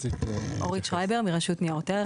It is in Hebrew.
אורית שרייבר מרשות ניירות ערך.